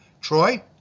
Troy